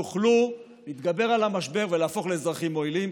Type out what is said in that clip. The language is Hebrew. יוכלו להתגבר על המשבר ולהפוך לאזרחים מועילים.